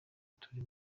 turi